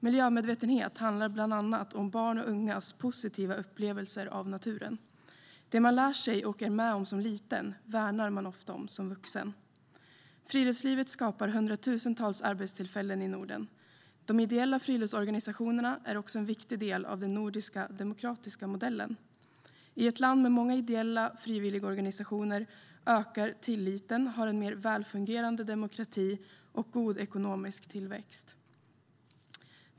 Miljömedvetenhet handlar bland annat om barns och ungas positiva upplevelser av naturen. Det man lär sig och är med om som liten värnar man ofta om som vuxen. Friluftslivet skapar hundratusentals arbetstillfällen i Norden. De ideella friluftsorganisationerna är också en viktig del av den nordiska demokratiska modellen. I länder med många ideella organisationer och frivilligorganisationer ökar tilliten, och man har en mer välfungerande demokrati och god ekonomisk tillväxt.